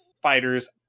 fighters